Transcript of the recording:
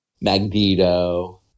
Magneto